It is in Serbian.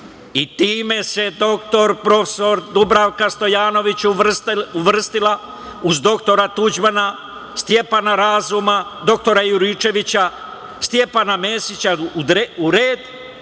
i time se dr prof. Dubravka Stojanović uvrstila uz dr Tuđmana, Stjepana Razuma, dr Juričevića, Stjepana Mesića u red